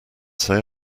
say